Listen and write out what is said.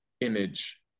image